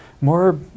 more